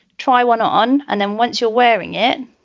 try one on and then once you're wearing it,